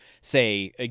say